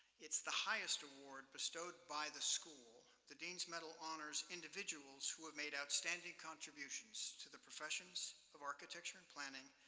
it's the highest award bestowed by the school. the dean's medal honors individuals who have made outstanding contributions to the professions of architecture and planning,